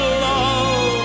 love